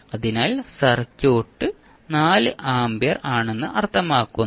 അതിനാൽ സർക്യൂട്ടിൽ 4 ആമ്പിയർ ആണെന്ന് അർത്ഥമാക്കുന്നു